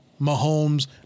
Mahomes-